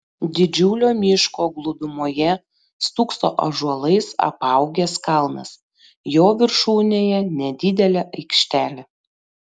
didžiulio miško glūdumoje stūkso ąžuolais apaugęs kalnas jo viršūnėje nedidelė aikštelė